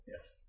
Yes